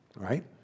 right